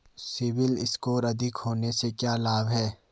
CIBIL score अधिक होने से क्या लाभ हैं?